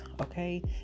okay